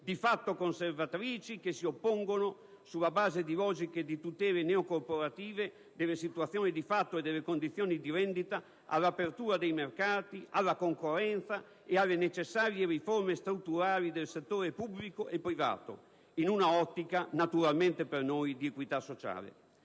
di fatto conservatrici che si oppongono, sulla base di logiche di tutele neocorporative delle situazioni di fatto e delle condizioni di rendita, all'apertura dei mercati, alla concorrenza e alle necessarie riforme strutturali del settore pubblico e privato, in un'ottica, naturalmente per noi, di equità sociale.